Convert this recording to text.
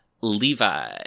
Levi